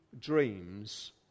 dreams